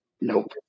Nope